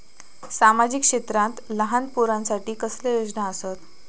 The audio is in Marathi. सामाजिक क्षेत्रांत लहान पोरानसाठी कसले योजना आसत?